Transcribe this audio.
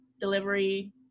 delivery